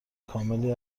کاملی